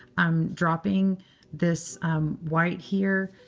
i'm dropping this white here,